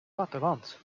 platteland